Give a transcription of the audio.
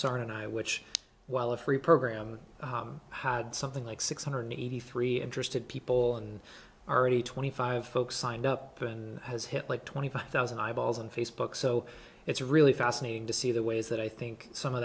and i which while a free program had something like six hundred eighty three interested people and already twenty five folks signed up and has hit like twenty five thousand eyeballs on facebook so it's really fascinating to see the ways that i think some of